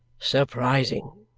surprising!